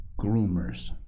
Groomers